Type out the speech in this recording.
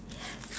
yes